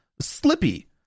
Slippy